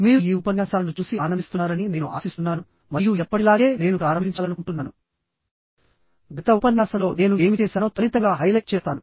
మీరు ఈ ఉపన్యాసాలను చూసి ఆనందిస్తున్నారని నేను ఆశిస్తున్నాను మరియు ఎప్పటిలాగే నేను ప్రారంభించాలనుకుంటున్నాను గత ఉపన్యాసంలో నేను ఏమి చేశానో త్వరితంగా హైలైట్ చేస్తాను